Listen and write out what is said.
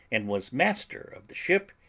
and was master of the ship,